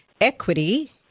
Equity